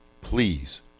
please